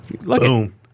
Boom